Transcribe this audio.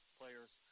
players